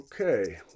Okay